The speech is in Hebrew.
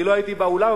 אני לא הייתי באולם,